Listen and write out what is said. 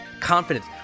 confidence